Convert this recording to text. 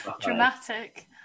Dramatic